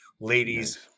ladies